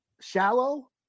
shallow